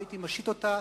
והייתי משית אותה